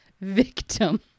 victim